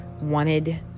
wanted